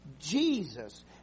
Jesus